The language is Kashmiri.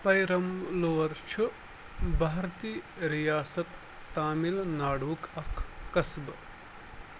پیرَم لور چھُ بھارتی ریاست تامل ناڈوُک اکھ قصبہٕ